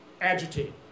agitate